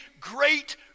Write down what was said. great